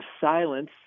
silence